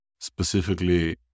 specifically